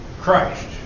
Christ